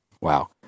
wow